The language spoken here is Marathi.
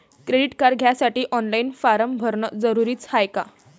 क्रेडिट कार्ड घ्यासाठी ऑनलाईन फारम भरन जरुरीच हाय का?